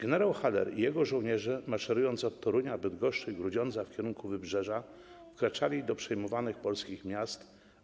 Gen. Haller i jego żołnierze, maszerując od Torunia, Bydgoszczy i Grudziądza w kierunku wybrzeża, wkraczali do przejmowanych polskich miast.